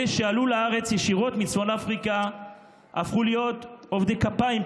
אלה שעלו לארץ ישירות מצפון אפריקה הפכו להיות עובדי כפיים,